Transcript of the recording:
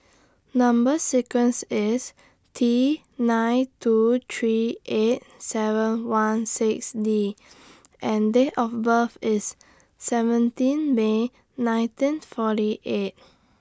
Number sequence IS T nine two three eight seven one six D and Date of birth IS seventeen May nineteen forty eight